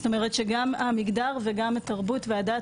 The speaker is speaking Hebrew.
זאת אומרת שגם המגדר וגם התרבות והדת